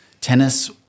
Tennis